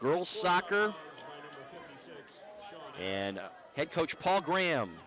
girls soccer and head coach paul gra